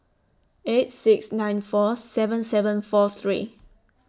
eight six nine four seven seven four three